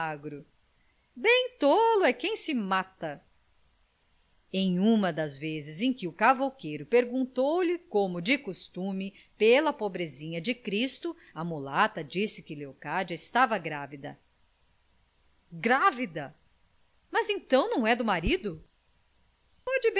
magro bem tolo é quem se mata em uma das vezes em que o cavouqueiro perguntou-lhe como de costume pela pobrezinha de cristo a mulata disse que leocádia estava grávida grávida mas então não é do marido pode